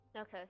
Okay